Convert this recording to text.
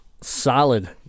Solid